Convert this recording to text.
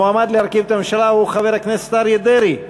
המועמד להרכיב את הממשלה הוא חבר הכנסת אריה דרעי.